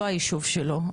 לא היישוב שלו,